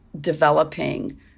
developing